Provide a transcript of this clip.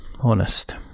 Honest